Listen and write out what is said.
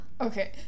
Okay